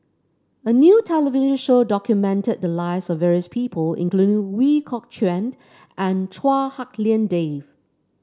a new television show documented the lives of various people including Ooi Kok Chuen and Chua Hak Lien Dave